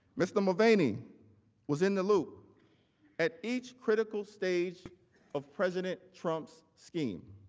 mr. mulvaney was in the loop at each critical stage of president trump's scheme.